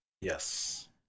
Yes